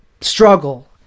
struggle